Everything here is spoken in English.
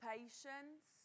Patience